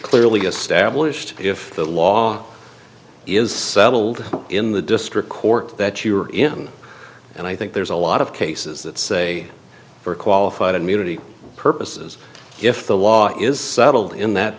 clearly established if the law is settled in the district court that you're in and i think there's a lot of cases that say for qualified immunity purposes if the law is